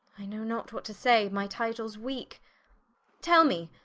i know not what to say, my titles weake tell me,